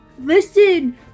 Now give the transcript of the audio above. listen